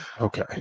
Okay